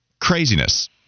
craziness